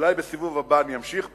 אולי בסיבוב הבא אני אמשיך בו,